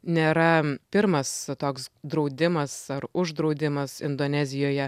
nėra pirmas toks draudimas ar uždraudimas indonezijoje